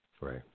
Right